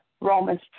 Romans